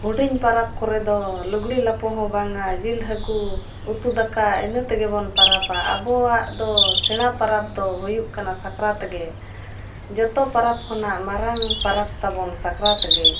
ᱦᱩᱰᱤᱧ ᱯᱟᱨᱟᱵᱽ ᱠᱚᱨᱮ ᱫᱚ ᱞᱩᱜᱽᱤ ᱞᱟᱯᱚᱦᱚᱸ ᱵᱟᱝᱼᱟ ᱡᱤᱞ ᱦᱟᱹᱠᱩ ᱩᱛᱩ ᱫᱟᱠᱟ ᱤᱱᱟᱹ ᱛᱮᱜᱮᱵᱚᱱ ᱯᱚᱨᱚᱵᱟ ᱟᱵᱚᱣᱟᱜ ᱫᱚ ᱥᱮᱬᱟ ᱯᱚᱨᱚᱵᱽ ᱫᱚ ᱦᱩᱭᱩᱜ ᱠᱟᱱᱟ ᱥᱟᱠᱨᱟᱛ ᱜᱮ ᱡᱚᱛᱚ ᱯᱚᱨᱚᱵᱽ ᱠᱷᱚᱱᱟᱜ ᱢᱟᱨᱟᱝ ᱯᱚᱨᱚᱵᱽ ᱛᱟᱵᱚᱱ ᱥᱟᱠᱨᱟᱛ ᱜᱮ